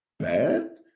bad